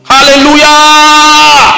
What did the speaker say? Hallelujah